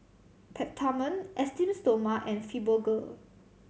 Peptamen Esteem Stoma and Fibogel